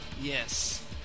Yes